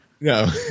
No